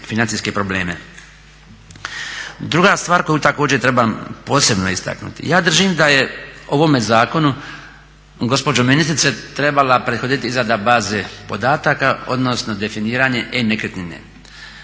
Druga stvar koju također treba posebno istaknuti. Ja držim da je ovome zakonu gospođo ministrice trebala prethoditi izrada baze podataka odnosno definiranje e-nekretnine.